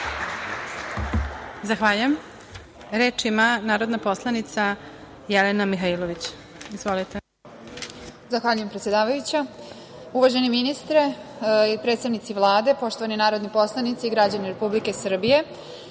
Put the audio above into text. Zahvaljujem. Reč ima narodna poslanica Jelena Mihailović. Izvolite. **Jelena Mihailović** Zahvaljujem, predsedavajuća. Uvaženi ministre, predstavnici Vlade, poštovani narodni poslanici, građani Republike Srbije,